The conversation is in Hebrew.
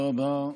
תודה רבה,